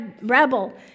rebel